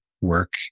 work